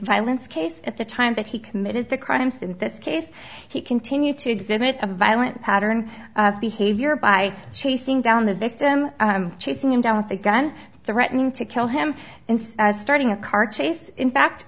violence case at the time that he committed the crimes in this case he continued to exhibit a violent pattern of behavior by chasing down the victim chasing him down with the gun threatening to kill him and starting a car chase in fact